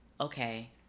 okay